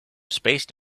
spaced